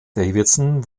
davidson